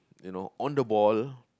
you know on the ball